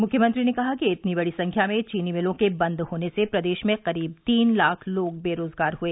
मुख्यमंत्री ने कहा कि इतनी बड़ी संख्या में चीनी मिलों के बन्द होने से प्रदेश में करीब तीन लाख लोग बेरोजगार हुए